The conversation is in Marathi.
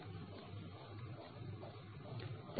संदर्भ वेळ 2404